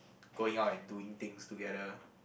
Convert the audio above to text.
going out and doing things together